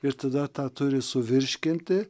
ir tada tą turi suvirškinti